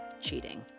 cheating